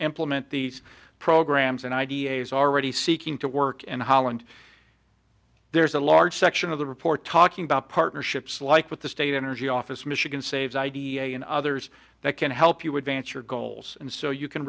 implement these programs and idea is already seeking to work and holland there's a large section of the report talking about partnerships like with the state energy office michigan saves i d e a and others that can help you advance your goals and so you can